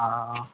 हँ